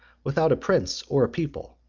without a prince or a people.